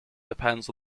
depends